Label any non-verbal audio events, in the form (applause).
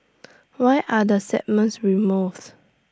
(noise) why are the segments removed